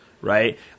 right